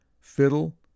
fiddle